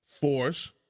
force